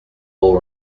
all